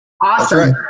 Awesome